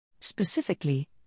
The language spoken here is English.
Specifically